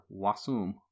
wasum